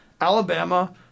Alabama